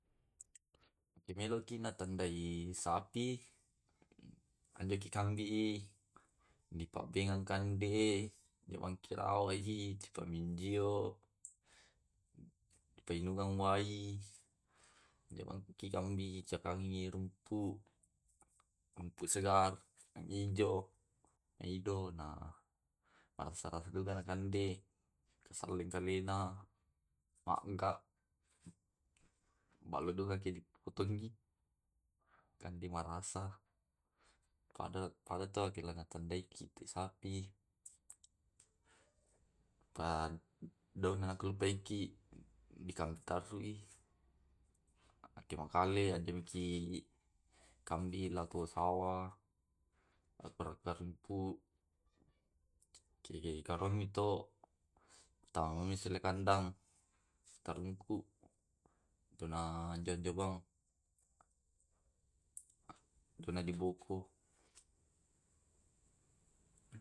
Kimeloki na tandai sapi anjoki kambi i, dipambenaki kambee, inangki rawai cipa minjio. Painungan wai, painunggang wai jamangkikambii cakangi rumpu rumpu segar, yang ijo, maido na bansana kuno nakande sallengkalena. magaa maleddukengki tandaiki te sapi padonakulupaiki. Dona kulukaeki dikampi tarrui angkeng makalei adeki kambi lako sawah. apateparengku ikarennamito ipatamaki iselleang kandang di tarungku dona jajabang dona diboko.